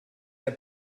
der